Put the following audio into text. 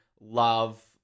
love